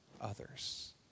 others